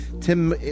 Tim